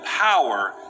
power